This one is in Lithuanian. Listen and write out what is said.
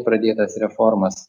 pradėtas reformas